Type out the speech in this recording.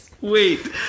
wait